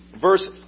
verse